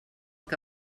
que